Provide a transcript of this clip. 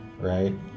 right